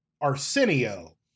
Arsenio